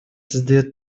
создает